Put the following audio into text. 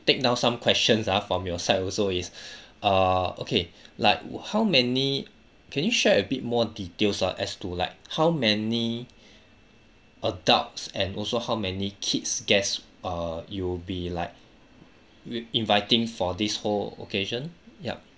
take down some questions ah from your side also is err okay like how many can you share a bit more details ah as to like how many adults and also how many kids guests err you'll be like will inviting for this whole occasion yup